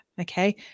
okay